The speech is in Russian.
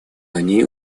они